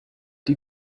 die